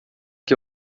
que